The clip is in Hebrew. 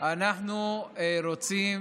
אנחנו רוצים